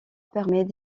permet